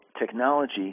technology